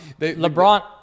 LeBron